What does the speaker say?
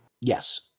Yes